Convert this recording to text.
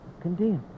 condemned